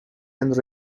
and